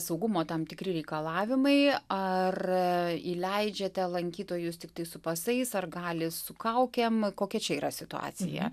saugumo tam tikri reikalavimai ar įleidžiate lankytojus tiktai su pasais ar gali su kaukėm kokia čia yra situacija